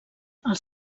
els